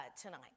tonight